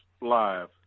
live